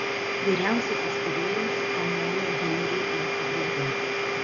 vyriausiasis virėjas pamojo henriui eiti drauge